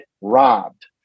robbed